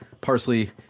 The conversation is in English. parsley